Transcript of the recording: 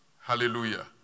hallelujah